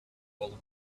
will